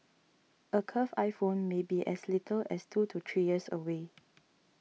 a curved iPhone may be as little as two to three years away